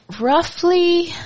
roughly